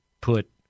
put